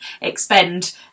expend